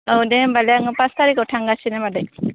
औ दे होमबा दे आं पास तारिखाव थांगासिनो मादै